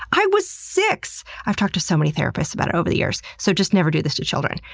i was six! i've talked to so many therapists about it over the years, so just never do this to children.